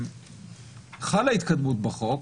חלה התקדמות בחוק.